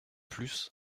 plus